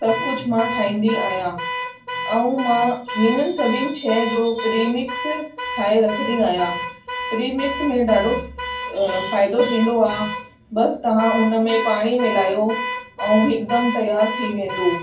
सभु कुझु मां ठाहींदी आहियां ऐं मां हिननि सभिनि शइ जो प्रिमिक्स ठाहे रखदी आहियां प्रिमिक्स में ॾाढो फ़ाइदो थींदो आहे बसि तव्हां हुनमें पाणी मिलायो ऐं हिकदम त्यारु थी वेंदो